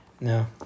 No